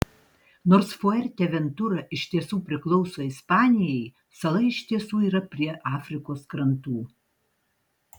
nors fuerteventura iš tiesų priklauso ispanijai sala iš tiesų yra prie afrikos krantų